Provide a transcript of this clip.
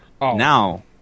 Now